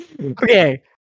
Okay